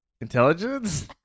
intelligence